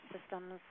systems